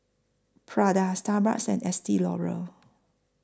Prada Starbucks and Estee Lauder